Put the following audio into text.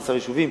12 יישובים,